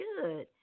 good